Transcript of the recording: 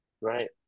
Right